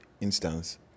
instance